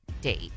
date